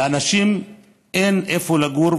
לאנשים אין איפה לגור,